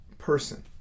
person